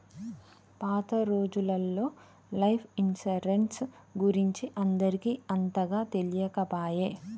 పాత రోజులల్లో life insurance గురించి అందరికి అంతగా తెలియకపాయె